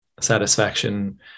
satisfaction